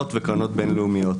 האחרונות.